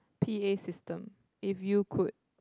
P_A system if you could